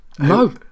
no